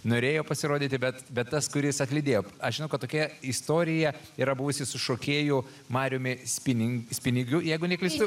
norėjo pasirodyti bet bet tas kuris atlydėjo aš žinau kad tokia istorija yra buvusi su šokėju mariumi spini spinigiu jeigu neklystu